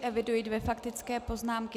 Eviduji dvě faktické poznámky.